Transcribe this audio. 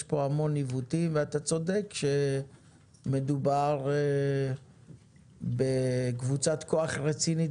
פה המון עיוותים ואתה צודק שמדובר בקבוצת כוח רצינית